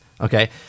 okay